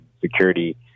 security